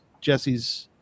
Jesse's